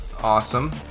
awesome